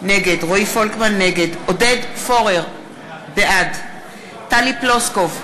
נגד עודד פורר, בעד טלי פלוסקוב,